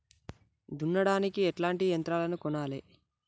దున్నడానికి ఎట్లాంటి యంత్రాలను కొనాలే?